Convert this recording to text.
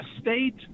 state